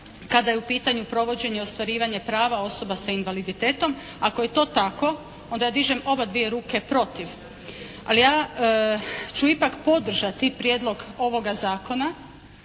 kada je u pitanju provođenje ostvarivanja prava osoba sa invaliditetom. Ako je to tako onda ja dižem obadvije ruke protiv. Ali ja ću ipak podržati Prijedlog ovoga zakona